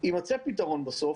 יימצא פתרון בסוף.